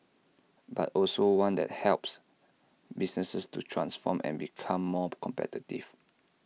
but also one that helps businesses to transform and become more competitive